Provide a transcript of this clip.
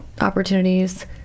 opportunities